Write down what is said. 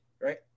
right